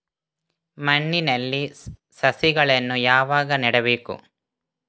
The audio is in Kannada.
ಮಣ್ಣಿನಲ್ಲಿ ಸಸಿಗಳನ್ನು ಯಾವಾಗ ನೆಡಬೇಕು?